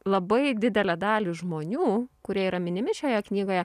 labai didelę dalį žmonių kurie yra minimi šioje knygoje